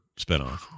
spinoff